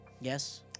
Yes